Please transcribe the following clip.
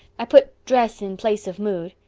i put dress in place of mood.